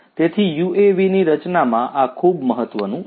તેથી યુએવી ની રચનામાં આ ખૂબ મહત્વનું છે